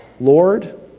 Lord